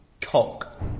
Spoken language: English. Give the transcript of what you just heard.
cock